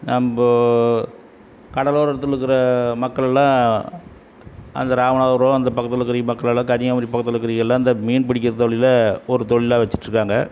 நம்ப கடலோரத்தில் இருக்குற மக்கள்லாம் அந்த இராமநாதபுரம் அந்த பக்கத்தில் இருக்குற மக்களெல்லாம் கன்னியாகுமரிக்கு பக்கத்தில் இருக்குற எல்லாம் இந்த மீன் பிடிக்கிற தொழிலை ஒரு தொழிலாக வச்சிட்டு இருக்காங்கள்